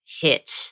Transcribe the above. hit